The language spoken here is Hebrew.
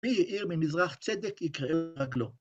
מי האיר ממזרח צדק יקרא רק לו.